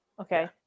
Okay